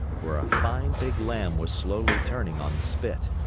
where a fine big lamb was slowly turning on the spit.